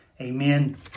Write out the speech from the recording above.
Amen